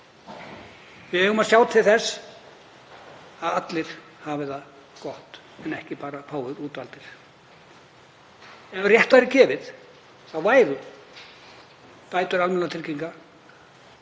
Við eigum að sjá til þess að allir hafi það gott en ekki bara fáir útvaldir. Ef rétt væri gefið þá væru bætur almannatrygginga